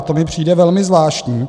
To mi přijde velmi zvláštní.